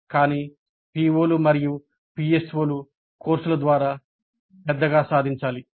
కానీ పిఒలు మరియు పిఎస్ఓలు కోర్సుల ద్వారాపెద్దగా సాధించాలి